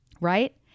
right